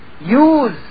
use